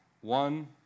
one